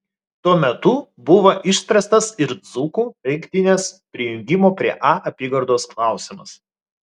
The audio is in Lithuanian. tuo metu buvo išspręstas ir dzūkų rinktinės prijungimo prie a apygardos klausimas